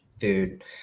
food